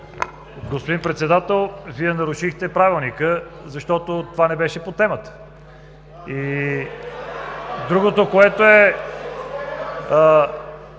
Господин Председател, Вие нарушихте правилника, защото това не беше по темата. Другото, което е,